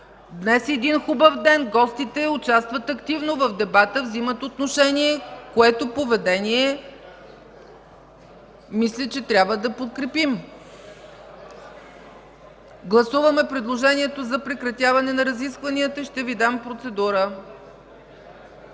Днес е един хубав ден. Гостите участват активно в дебата, взимат отношение, което поведение мисля, че трябва да подкрепим. Гласуваме предложението за прекратяване на разискванията. (Реплика от